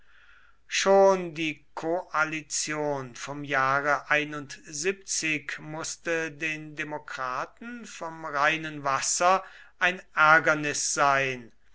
schon die koalition vom jahre mußte den demokraten vom reinen wasser ein ärgernis sein